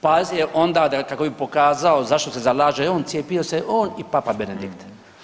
Pazi onda, kako bi pokazao zašto se zalaže on, cijepio se on i papa Benedikt.